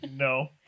No